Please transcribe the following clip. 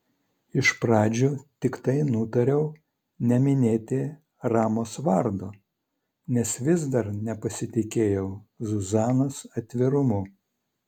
iš pradžių tiktai nutariau neminėti ramos vardo nes vis dar nepasitikėjau zuzanos atvirumu